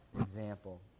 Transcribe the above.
example